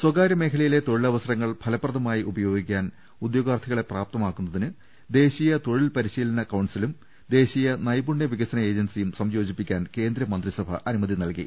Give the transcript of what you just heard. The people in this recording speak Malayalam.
സ്വകാര്യ മേഖലയിലെ തൊഴിലവസരങ്ങൾ ഫലപ്രദമായി ഉപയോഗിക്കാൻ ഉദ്യോഗാർത്ഥികളെ പ്രാപ്തമാക്കുന്നതിന് ദേശീയ തൊഴിൽ പരിശീലന കൌൺസിലും ദേശീയ നൈപുണ്യ വികസന ഏജൻസിയും സംയോജിപ്പിക്കാൻ കേന്ദ്രമന്ത്രിസഭ അനുമതി നൽകി